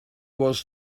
was